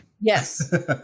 Yes